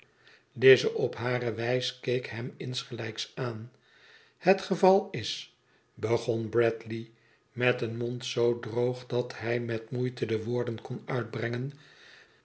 lize op hare wijs keek hem insgelijks aan het geval is begon bradley met een mond zoo droog dat hij met moeite de woorden kon uitbrengen